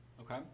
Okay